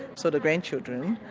sort of grandchildren,